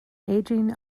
aging